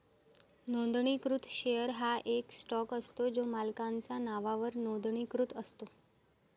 नोंदणीकृत शेअर हा एक स्टॉक असतो जो मालकाच्या नावावर नोंदणीकृत असतो